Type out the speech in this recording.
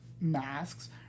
masks